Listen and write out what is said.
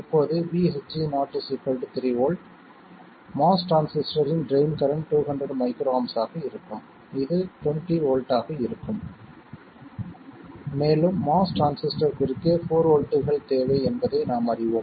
இப்போது VSG0 3 volt MOS டிரான்சிஸ்டரின் drain current 200 µA ஆக இருக்கும் இது 20 வோல்ட் ஆக இருக்கும் மேலும் MOS டிரான்சிஸ்டர் குறுக்கே 4 வோல்ட்கள் தேவை என்பதை நாம் அறிவோம்